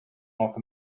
north